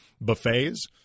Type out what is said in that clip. Buffets